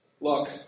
look